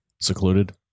Secluded